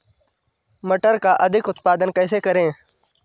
मटर का अधिक उत्पादन कैसे करें?